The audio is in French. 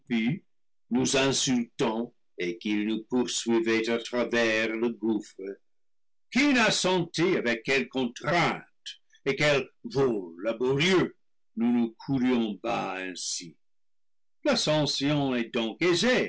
insultant et qu'il nous poursuivait à travers le gouffre qui n'a senti avec quelle contrainte et quel vol laborieux nous nous coulions bas ainsi l'ascension est donc